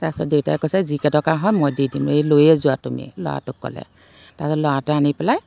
তাৰপাছত দেউতাই কৈছে যিকেইটকা হয় মই দি দিম এই লৈয়ে যোৱা তুমি ল'ৰাটোক ক'লে তাৰপাছত ল'ৰাটোৱে আনি পেলাই